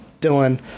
Dylan